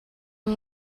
you